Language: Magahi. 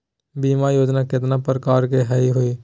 बीमा योजना केतना प्रकार के हई हई?